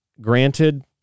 granted